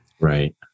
Right